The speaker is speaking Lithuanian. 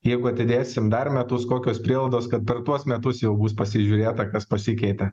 jeigu atidėsim dar metus kokios prielaidos kad per tuos metus jau bus pasižiūrėta kas pasikeitė